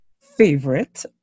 favorite